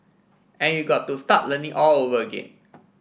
and you got to start learning all over again